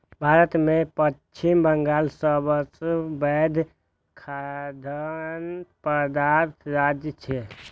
भारत मे पश्चिम बंगाल सबसं पैघ खाद्यान्न उत्पादक राज्य छियै